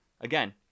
Again